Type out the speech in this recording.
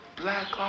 black